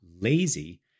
lazy